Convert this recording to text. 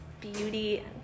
beauty